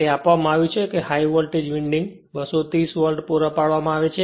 તે આપવામાં આવ્યું છે કે હાઇ વોલ્ટેજ વિન્ડિંગ ને 230 વોલ્ટ પૂરા પાડવામાં આવે છે